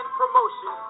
promotion